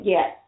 Yes